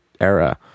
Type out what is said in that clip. era